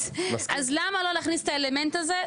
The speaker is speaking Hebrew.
אז למה לא להכניס את האלמנט הזה?